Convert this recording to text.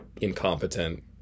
incompetent